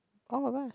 all of us